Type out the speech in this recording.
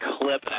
clip